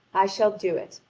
i shall do it,